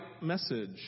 message